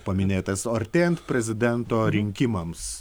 paminėtas o artėjant prezidento rinkimams